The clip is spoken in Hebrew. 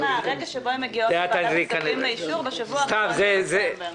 הרגע שבו הן מגיעות לוועדת הכספים לאישור בשבוע האחרון של דצמבר?